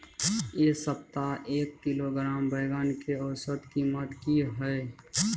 ऐ सप्ताह एक किलोग्राम बैंगन के औसत कीमत कि हय?